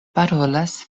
parolas